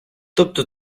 тобто